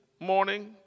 morning